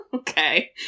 Okay